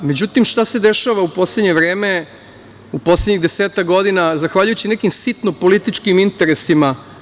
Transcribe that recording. Međutim, šta se dešava u poslednje vreme, u poslednjih desetak godina, zahvaljujući nekim sitno političkim interesima?